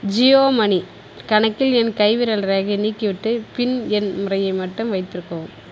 Jio money கணக்கில் என் கைவிரல் ரேகையை நீக்கிவிட்டு பின் எண் முறையை மட்டும் வைத்திருக்கவும்